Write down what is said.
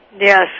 Yes